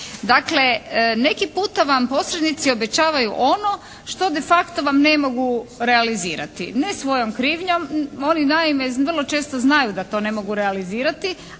Dakle, neki puta vam posrednici obećavaju ono što de facto vam ne mogu realizirati, ne svojom krivnjom. Oni naime vrlo često znaju da to ne mogu realizirati